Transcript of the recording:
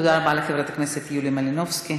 תודה רבה לחברת הכנסת יוליה מלינובסקי.